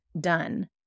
done